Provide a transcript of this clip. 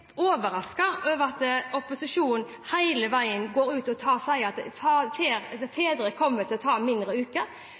over at opposisjonen hele veien går ut og sier at fedre kommer til å ta færre uker.